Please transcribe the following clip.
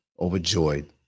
overjoyed